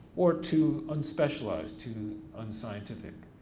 or too unspecialized, too unscientific.